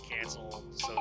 canceled